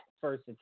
first